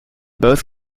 both